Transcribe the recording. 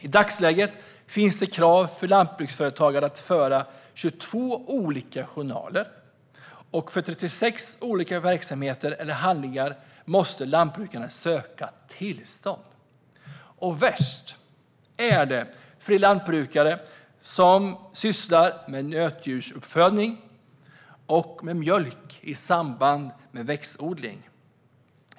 I dagsläget finns det krav för lantbruksföretagare att föra 22 olika journaler, och för 36 olika verksamheter eller handlingar måste lantbrukarna söka tillstånd. Värst är det för de lantbrukare som sysslar med nötdjursuppfödning och med mjölk i samband med växtodling.